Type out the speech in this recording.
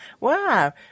Wow